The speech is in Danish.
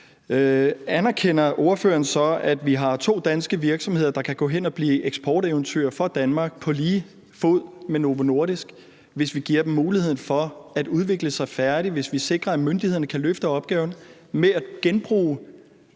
Anerkender ordføreren, at vi har to danske virksomheder, der kan gå hen og blive et eksporteventyr for Danmark på lige fod med Novo Nordisk, hvis vi giver dem muligheden for at udvikle det til noget færdigt, og hvis vi sikrer, at myndighederne kan løfte opgaven med at genbruge